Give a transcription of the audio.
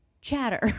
Chatter